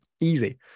Easy